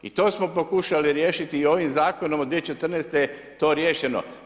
I to smo pokušali riješiti i ovim zakonom od 2014. je to riješeno.